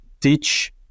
teach